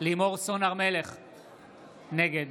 נגד